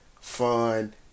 fun